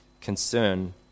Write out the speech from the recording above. concern